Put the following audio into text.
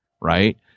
Right